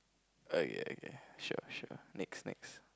okay okay sure sure next next